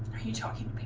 he talking